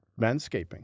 manscaping